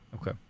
Okay